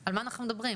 על מה אנחנו מדברים?